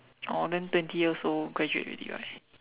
oh then twenty years old graduate already right